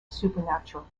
supernatural